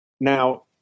Now –